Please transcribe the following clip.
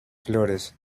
flores